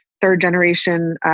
third-generation